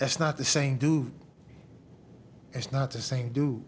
that's not the same do as not the same do